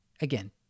Again